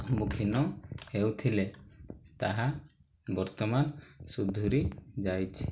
ସମ୍ମୁଖୀନ ହେଉଥିଲେ ତାହା ବର୍ତ୍ତମାନ ସୁଧୁରି ଯାଇଛି